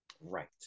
Right